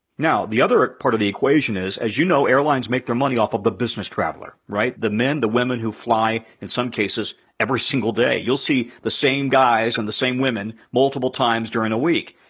now the other part of the equation is, as you know, airlines make their money off of the business traveler, right? the men, the women who fly in some cases every single day. you'll see the same guys and the same women multiple times during a week.